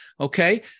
okay